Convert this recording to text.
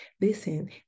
Listen